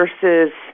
versus